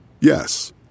Yes